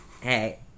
Hey